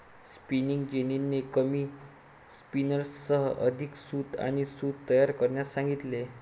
spinning जेनीने कमी स्पिनर्ससह अधिक सूत आणि सूत तयार करण्यास सांगितले